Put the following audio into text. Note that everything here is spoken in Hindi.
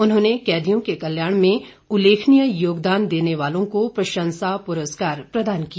उन्होंने कैदियों के कल्याण में उल्लेखनीय योगदान देने वालों को प्रशंसा पुरस्कार प्रदान किए